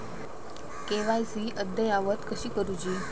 KYC अद्ययावत कशी करुची?